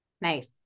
Nice